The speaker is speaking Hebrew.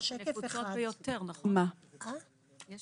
הנפוצות ביותר שנמצאו